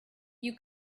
you